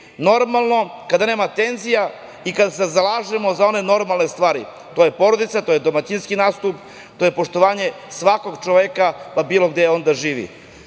normalno, kada nema tenzija i kada se zalažemo za one normalne stvari, a to je porodica, to je domaćinski nastup, to je poštovanje svakog čoveka, pa bilo gde on da živi. Ovde